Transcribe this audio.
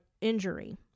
injury